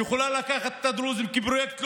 היא יכולה לקחת את הדרוזים כפרויקט לאומי,